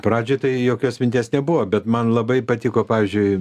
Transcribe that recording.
pradžioj tai jokios minties nebuvo bet man labai patiko pavyzdžiui